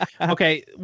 okay